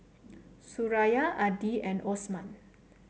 Suraya Adi and Osman